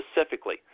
specifically